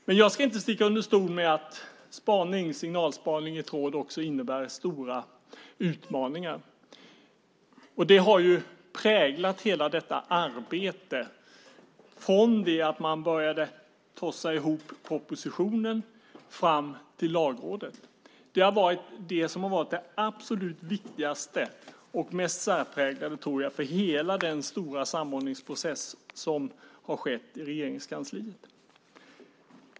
Men jag ska inte sticka under stol med att signalspaning också innebär stora utmaningar. Det har präglat hela detta arbete, från det att man började tossa ihop propositionen och fram till Lagrådet. Det har varit det absolut viktigaste och mest särpräglade, tror jag, för hela den stora samordningsprocess som har skett i Regeringskansliet.